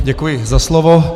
Děkuji za slovo.